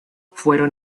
fueron